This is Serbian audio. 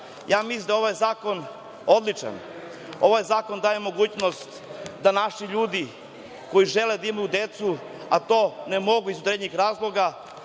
Mislim da je ovaj zakon odličan. Ovaj zakon daje mogućnost da naši ljudi koji žele da imaju decu, a to ne mogu iz određenog razloga,